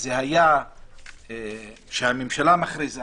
זה היה שהממשלה מכריזה